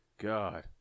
God